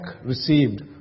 received